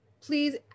please